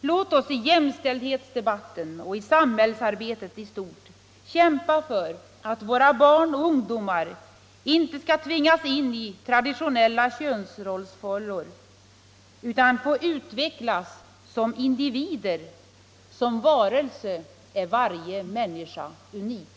Låt oss i jämställdhetsdebatten och i samhällsarbetet i stort kämpa för att våra barn och ungdomar inte skall tvingas in i traditionella könsrollsfållor utan få utvecklas som individer - som varelse är varje människa unik.